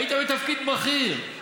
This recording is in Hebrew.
היית בתפקיד בכיר,